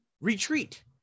retreat